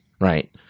Right